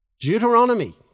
Deuteronomy